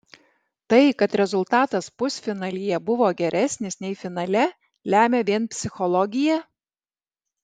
tai kad rezultatas pusfinalyje buvo geresnis nei finale lemia vien psichologija